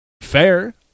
Fair